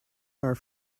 are